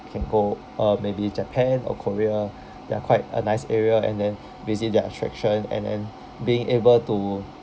can go uh maybe japan or korea they are quite a nice area and then visit their attraction and then being able to